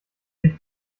sich